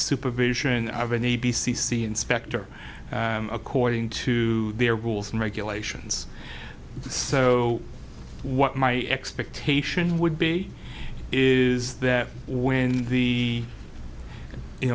supervision of an a b c c inspector according to their rules and regulations so what my expectation would be is that when the